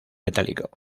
metálico